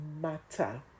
matter